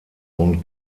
und